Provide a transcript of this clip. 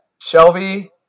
Shelby